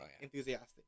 enthusiastic